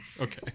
Okay